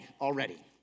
already